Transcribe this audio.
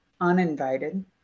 uninvited